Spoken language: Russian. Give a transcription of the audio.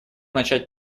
начать